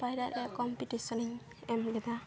ᱯᱟᱭᱨᱟᱜ ᱨᱮᱭᱟᱜ ᱠᱚᱢᱯᱤᱴᱤᱥᱚᱱ ᱤᱧ ᱮᱢ ᱞᱮᱫᱟ